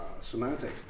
semantic